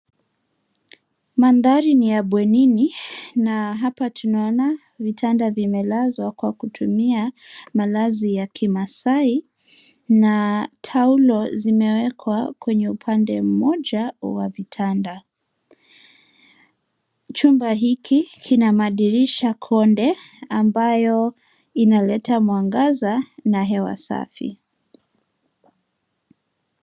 Mandhari ni ya bwenini, na hapa tunaona vitanda vimelazwa kwa kutumia malazi ya kimaasai na taulo zimewekwa kwenye upande mmoja wa vitanda. Chumba hiki kina madirisha konde ambayo inaleta mwangaza na hewa safi.